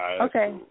Okay